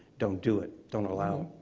don't do it. don't allow